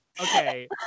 Okay